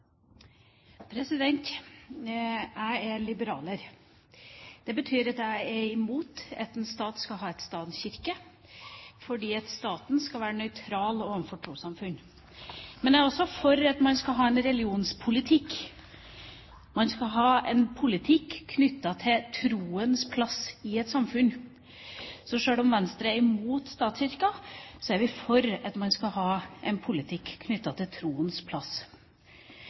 Norge. Jeg er liberaler. Det betyr at jeg er imot at en stat skal ha en statskirke, fordi staten skal være nøytral overfor trossamfunn. Men jeg er også for at man skal ha en religionspolitikk. Man skal ha en politikk knyttet til troens plass i et samfunn. Så sjøl om Venstre er imot statskirken, er vi for at man skal ha en politikk knyttet til troens plass.